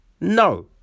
no